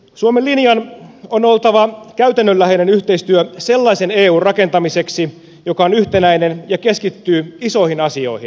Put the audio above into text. suomen linjan on oltava käytännönläheinen yhteistyö sellaisen eun rakentamiseksi joka on yhtenäinen ja keskittyy isoihin asioihin